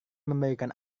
memberikan